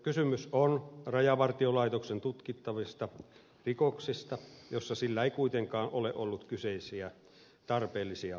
kysymys on rajavartiolaitoksen tutkittavista rikoksista joissa sillä ei kuitenkaan ole ollut kyseisiä tarpeellisia tutkintakeinoja